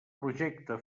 projecte